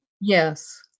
Yes